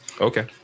Okay